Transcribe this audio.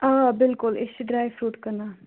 آ بِلکُل أسۍ چھِ ڈرےٛ فروٗٹ کٕنان